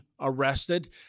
arrested